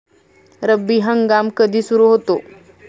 रब्बी हंगाम कधी सुरू होतो?